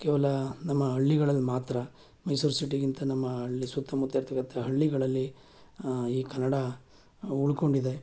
ಕೇವಲ ನಮ್ಮ ಹಳ್ಳಿಗಳಲ್ ಮಾತ್ರ ಮೈಸೂರು ಸಿಟಿಗಿಂತ ನಮ್ಮ ಹಳ್ಳಿ ಸುತ್ತಮುತ್ತ ಇರ್ತಕ್ಕಂಥ ಹಳ್ಳಿಗಳಲ್ಲಿ ಈ ಕನ್ನಡ ಉಳ್ಕೊಂಡಿದೆ